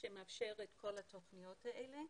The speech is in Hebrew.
שמאפשרת את כל התוכניות האלה,